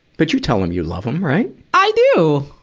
but you tell him you love him, right? i do!